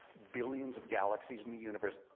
billions of galaxies in the universe.